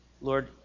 Lord